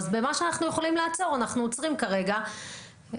אז במה שהם יכולים לעצור הם עוצרים כרגע ואומרים